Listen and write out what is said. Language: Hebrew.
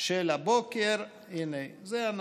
של הבוקר, הינה, זה הנתון: